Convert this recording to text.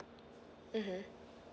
mmhmm